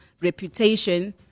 reputation